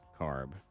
carb